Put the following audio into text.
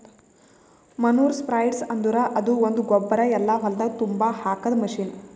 manure spreader ಅಂದುರ್ ಅದು ಒಂದು ಗೊಬ್ಬರ ಎಲ್ಲಾ ಹೊಲ್ದಾಗ್ ತುಂಬಾ ಹಾಕದ್ ಮಷೀನ್